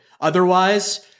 Otherwise